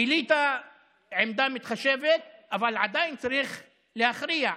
גילית עמדה מתחשבת, אבל עדיין צריך להכריע.